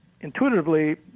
intuitively